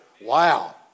Wow